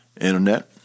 internet